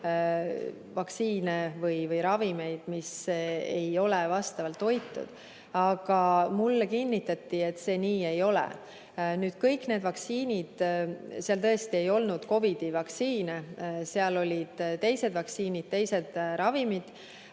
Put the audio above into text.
vaktsiine või ravimeid, mis ei ole vastavalt [nõuetele] hoitud. Aga mulle kinnitati, et see nii ei ole. Nüüd, kõik need vaktsiinid seal tõesti ei olnud COVID-i vaktsiinid, seal olid ka teised vaktsiinid, teised ravimid.